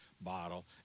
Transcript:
bottle